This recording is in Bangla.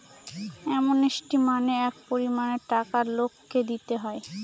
অ্যামনেস্টি মানে এক পরিমানের টাকা লোককে দিতে হয়